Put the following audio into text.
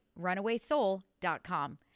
runawaysoul.com